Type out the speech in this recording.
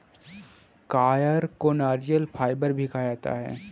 coir को नारियल fibre भी कहा जाता है